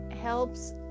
helps